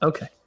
okay